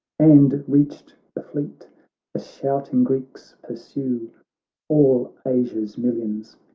and reached the fleet the shouting greeks pursue all asia's millions,